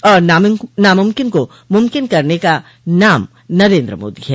और नामुमकिन को मुमकिन करने का नाम नरेन्द्र मोदी है